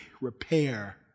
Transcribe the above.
repair